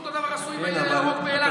ואותו דבר עשו עם האי הירוק באילת.